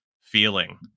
feeling